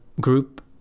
group